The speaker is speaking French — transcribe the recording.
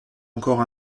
encore